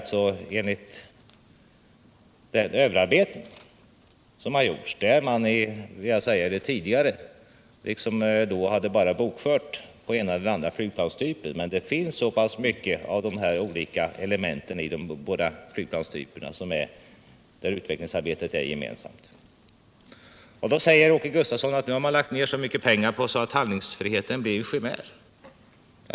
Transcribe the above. Detta framkom av den överarbetning man gjort, där man tidigare liksom bara hade bokfört siffrorna på den ena eller andra flygplanstypen, men det finns mycket av de olika elementen i de båca flygplanstyperna där utvecklingsarbetet är gemensamt. Då säger Åke Gustavsson att man nu lagt ner så mycket pengar på detta att handlingsfriheten blivit en chimär.